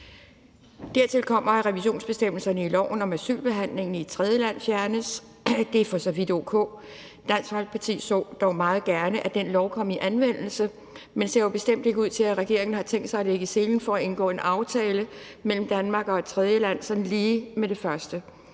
Dertil kommer, at revisionsbestemmelserne i loven om asylbehandling i et tredjeland fjernes. Det er for så vidt o.k. Dansk Folkeparti så dog meget gerne, at den lov kom i anvendelse, men det ser bestemt ikke ud til, at regeringen har tænkt sig at lægge sig i selen for at indgå en aftale mellem Danmark og et tredjeland sådan lige med det første.